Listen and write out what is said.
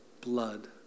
blood